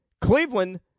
Cleveland